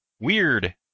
Weird